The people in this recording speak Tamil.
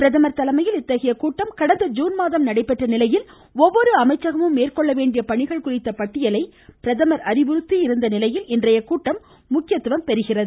பிரதமர் தலைமையில் இத்தகைய கூட்டம் கடந்த ஜுன் மாதம் நடைபெற்ற நிலையில் ஒவ்வொரு அமைச்சகமும் மேற்கொள்ள வேண்டிய பணிகள் குறித்த பட்டியலை அறிவுறுத்தியிருந்த நிலையில் இன்றைய கூட்டம் முக்கியத்துவம் பெறுகிறது